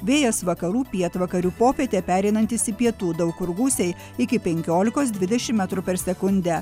vėjas vakarų pietvakarių popietę pereinantis į pietų daug kur gūsiai iki penkiolikos dvidešim metrų per sekundę